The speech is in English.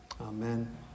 amen